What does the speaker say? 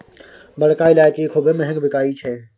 बड़का ईलाइची खूबे महँग बिकाई छै